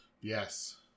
Yes